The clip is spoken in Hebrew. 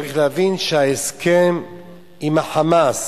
צריך להבין שההסכם עם ה"חמאס",